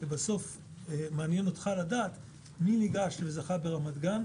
כי בסוף מעניין אותך לדעת מי ניגש וזכה ברמת-גן,